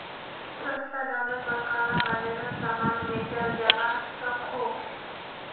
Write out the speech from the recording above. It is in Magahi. सस्ता डामर पोर काला बाजारोत सामान बेचाल जवा सकोह